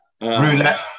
Roulette